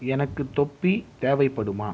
எனக்கு தொப்பி தேவைப்படுமா